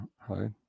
Hi